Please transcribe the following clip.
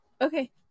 Okay